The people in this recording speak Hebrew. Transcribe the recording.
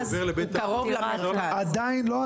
הוא עובר לבית --- עדיין לא,